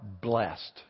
blessed